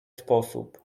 sposób